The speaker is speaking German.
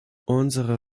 unsere